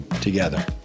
together